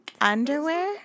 Underwear